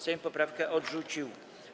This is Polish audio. Sejm poprawkę odrzucił.